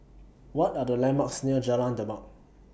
What Are The landmarks near Jalan Demak